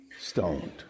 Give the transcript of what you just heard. stoned